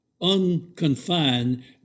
unconfined